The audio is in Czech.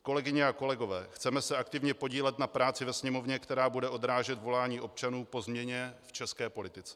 Kolegyně a kolegové, chceme se aktivně podílet na práci ve Sněmovně, která bude odrážet volání občanů po změně v české politice.